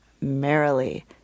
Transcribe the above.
merrily